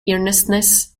earnestness